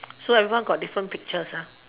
so everyone got different pictures ah